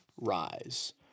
rise